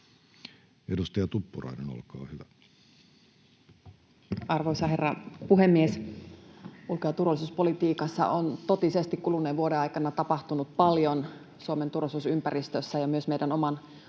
15:02 Content: Arvoisa herra puhemies! Ulko- ja turvallisuuspolitiikassa on totisesti kuluneen vuoden aikana tapahtunut paljon Suomen turvallisuusympäristössä ja myös meidän oman